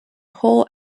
whole